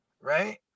right